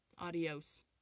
Adios